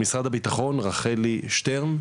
משרד הביטחון, רחלי שטרן,